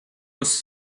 was